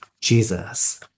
Jesus